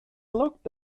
looked